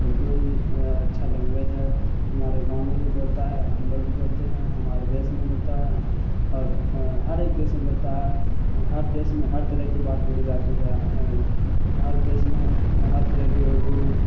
اردو ہی اچھا لینگویج ہے ہمارے گاؤں میں بھی بولتا ہے ہم لوگ بھی بولتے ہیں ہمارے دیس میں بھی بولتا ہے اور ہر ایک دیس میں بولتا ہے ہر دیس میں ہر طرح کی بات بولی جاتی ہے ہر دیس میں ہر طرح کی اردو